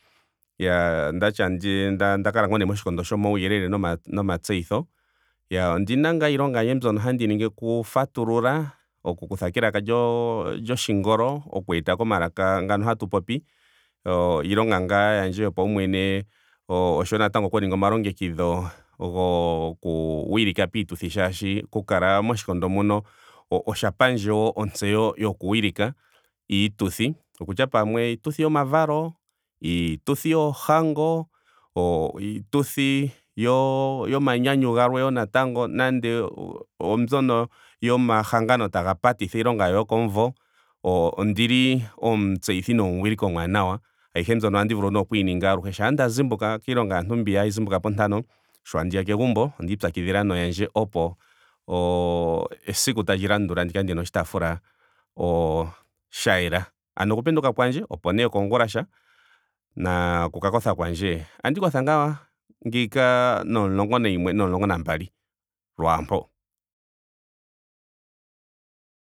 Iyaa ondati onda kala ngaa nee moshikondo shomauyelele no- nomatseyitho. Iyaa ondina ngaa iilonga yandje mbyono handi ningi. oku fatulula. oku kutha kelaka lyoshingolo oku eta komalaka nga hatu popi. o- iilonga ngaa yandje yopaumwene. oshowo natango oku ninga omalongekidho goku wilika piituthi molwaashoka oku kala moshikondo muno osha pandje wo ontseyo yoku wilika iituthi. okutya pamwe iituthi yomavalo. iituthi yoohango. o- iituthi yo- yomanyanyu galwe wo natango. nando oombyono yomahangano taga patitha iilonga yawo yokomumvo. o- ondili omutseyithi nomuwiliki omwaanawa. Ayihe mbyono ohandi vulu nee okuyi ninga aluhe shampa nda zimbuka kiilonga yaantu mbiya hayi zimbuka pontano. sho tandiya kegumbo onda ipyakidhila noyandje opo o- esiku tali landula ndi kale ndina oshiatafula o- sha yela. Ano oku penduka kwandje one yokoongulasha. na oku ka kotha kwandje. ohandi kotha ngaa nomulonngo nayimwe nomulongo nambali lwaampo.